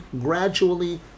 gradually